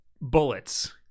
bullets